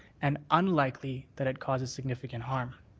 and unlikely that it causes significant harm.